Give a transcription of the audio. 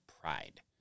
pride